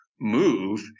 move